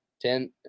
ten